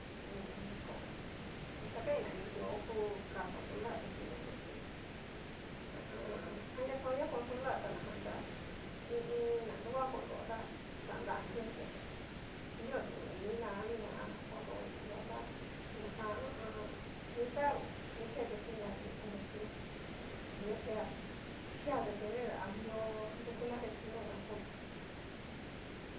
Mmm ko y ta kaiin na ni iho oku ka controlar destino xó chí ha a an. adria kaoña controlar ta na jan tá, i iin nuguan konro tá xana drios vechia drios u ni ná nunguan konro i iho tá, najan ha a an. miyá uni ke destinar i iin destino xhi i iho odumio ke a kea detener amio nruku nunguan konro'o.